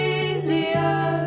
easier